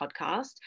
podcast